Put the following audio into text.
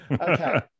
Okay